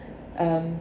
um